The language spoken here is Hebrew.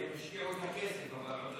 הם השקיעו את הכסף אבל עוד